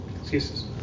Excuses